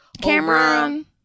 Cameron